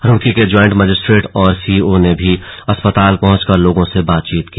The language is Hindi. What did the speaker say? रुड़की के ज्वाइंट मजिस्ट्रेट और सीओ ने भी अस्पताल पहुंचकर लोगों से बातचीत की